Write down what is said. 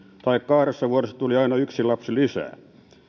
tai kahdessa vuodessa tuli aina yksi lapsi lisää